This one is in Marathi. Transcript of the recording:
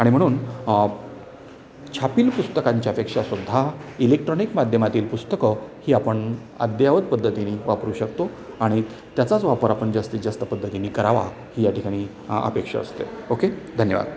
आणि म्हणून छापील पुस्तकांच्या अपेक्षा सुद्धा इलेक्ट्रॉनिक माध्यमातील पुस्तकं ही आपण अदययावत पद्धतीनी वापरू शकतो आणि त्याचाच वापर आपण जास्तीत जास्त पद्धतीनी करावा ही या ठिकाणी अपेक्षा असते ओके धन्यवाद